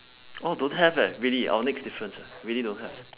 oh don't have eh really our next difference really don't have